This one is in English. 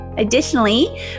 Additionally